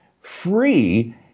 free